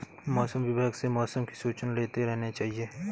मौसम विभाग से मौसम की सूचना लेते रहना चाहिये?